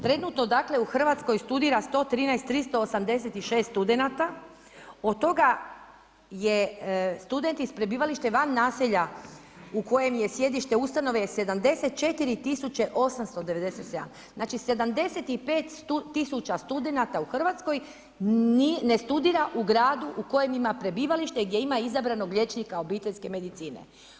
Trenutno dakle u Hrvatskoj studira 113 386 studenata, od toga je studenti s prebivalištem van naselja u kojem je sjedište ustanove je 74 897, znači 75 000 studenata u Hrvatskoj ne studira u gradu u kojem ima prebivalište i gdje ima izabranog liječnika obiteljske medicine.